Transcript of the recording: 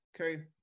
Okay